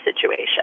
situation